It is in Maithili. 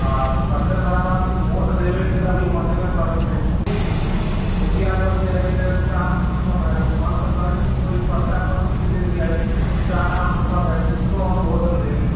हँ सभसँ बड़ा भोट देबयके तऽ अभी मने ना करैत छै मुखियासभ जे हइ से साफ अनपढ़ हइ मन तऽ करैत छै ओही पर्चापर लिखि दैतियै सारा अनपढ़ है किसको हम भोट दें